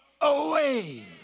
away